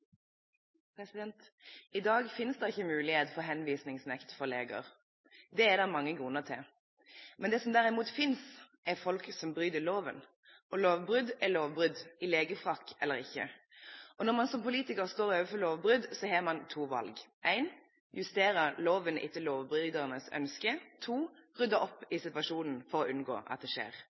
I dag finnes det ingen mulighet for henvisningsnekt for leger. Det er det mange grunner til. Det som derimot finnes, er folk som bryter loven, og lovbrudd er lovbrudd – med legefrakk eller uten. Og når man som politiker står overfor lovbrudd, har man to valg: 1) justere loven etter lovbryternes ønske og 2) rydde opp i situasjonen for å unngå at det skjer.